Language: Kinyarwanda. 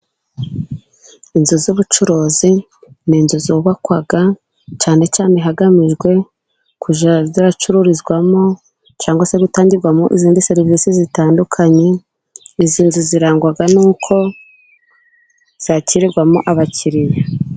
Inzu z'ubucuruzi ni inzu zubakwa cyane cyane hagamijwe kujya zicururizwamo, cyangwa se gutangirwamo izindi serivisi zitandukanye izi nzu zirangwa nuko zakirirwamo abakiriya.